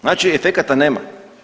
Znači efekata nema.